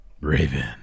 Raven